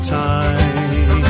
time